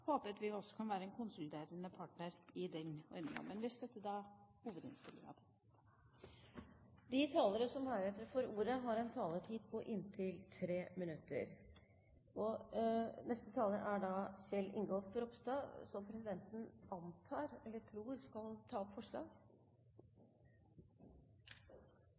håper at vi også kan være en konsulterende partner i den ordningen. Men vi støtter hovedinnstillingen. De talere som heretter får ordet, har en taletid på inntil 3 minutter. Neste taler er Kjell Ingolf Ropstad, som presidenten tror skal ta opp forslag?